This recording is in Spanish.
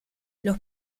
los